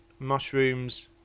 Mushrooms